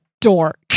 dork